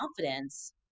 confidence